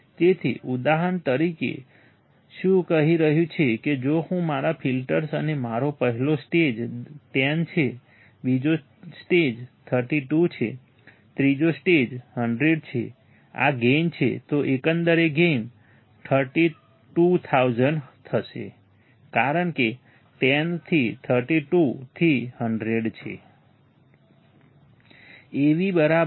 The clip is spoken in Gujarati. તેથી ઉદાહરણ તરીકે શું કહી રહ્યું છે કે જો હું મારા ફિલ્ટર્સ અને મારો પહેલો સ્ટેજ 10 છે બીજો સ્ટેજ 32 છે ત્રીજો સ્ટેજ 100 છે આ ગેઇન છે તો એકંદરે ગેઇન 32000 થશે કારણ કે 10 થી 32 થી 100 છે